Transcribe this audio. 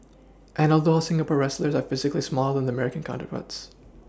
and although Singapore wrestlers are physically smaller than their American counterparts